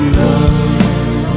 love